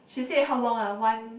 she said how long ah one